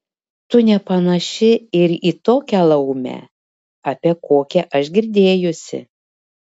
tu nepanaši ir į tokią laumę apie kokią aš girdėjusi